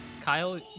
Kyle